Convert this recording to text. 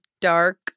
dark